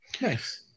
nice